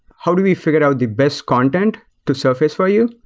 how do we figure out the best content to surface for you?